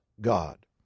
God